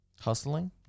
Hustling